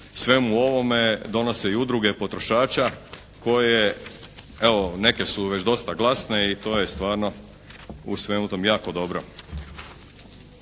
svemu ovome donose i Udruge potrošača koje evo neke su već dosta glasne i to je stvarno u svemu tome jako dobro.